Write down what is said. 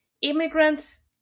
immigrants